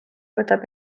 võtab